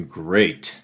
great